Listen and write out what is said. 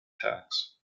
tax